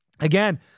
Again